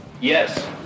yes